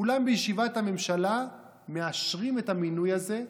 וכולם בישיבת הממשלה מאשרים את המינוי הזה,